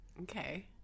Okay